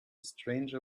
stranger